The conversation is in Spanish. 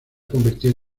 convertido